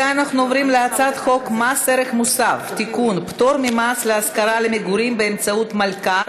הצעת חוק החזקת מזרקי אפינפרין במקומות ציבוריים,